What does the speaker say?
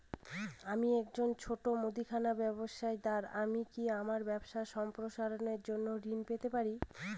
আমি একজন ছোট মুদিখানা ব্যবসাদার আমি কি আমার ব্যবসা সম্প্রসারণের জন্য ঋণ পেতে পারি?